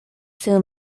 soo